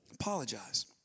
Apologize